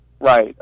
Right